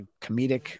comedic